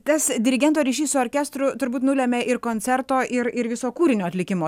tas dirigento ryšys su orkestru turbūt nulemia ir koncerto ir ir viso kūrinio atlikimo